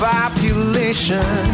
Population